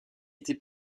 été